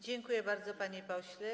Dziękuję bardzo, panie pośle.